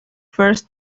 first